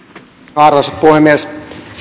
arvoisa puhemies